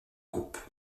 groupe